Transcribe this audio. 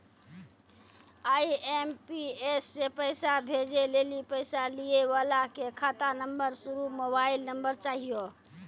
IMPS से पैसा भेजै लेली पैसा लिये वाला के खाता नंबर आरू मोबाइल नम्बर चाहियो